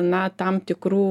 na tam tikrų